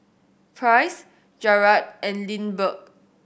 Price Jarad and Lindbergh